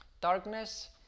darkness